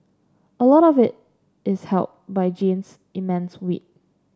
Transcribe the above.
a lot of it is helped by Jean's immense wit